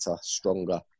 stronger